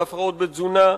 להפרעות בתזונה,